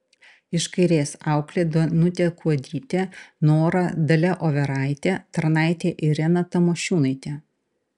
iš kairės auklė danutė kuodytė nora dalia overaitė tarnaitė irena tamošiūnaitė